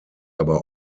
aber